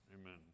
amen